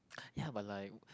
ya but like